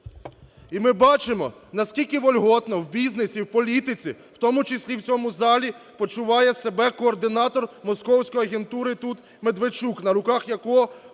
І ми бачимо, наскільки вольготно в бізнесі, в політиці, в тому числі в цьому залі почуває себе координатор московської агентури тут Медведчук, на руках якого